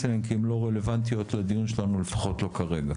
אליהם כי הם לא רלוונטיות לדיון שלנו לפחות לא כרגע.